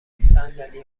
صندلی